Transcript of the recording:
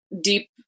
deep